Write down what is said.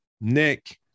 Nick